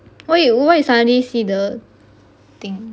why you why you suddenly see the thing